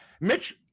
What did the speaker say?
Mitch